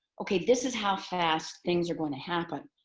okay, this is how fast things are going to happen.